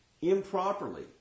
improperly